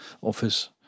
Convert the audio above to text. office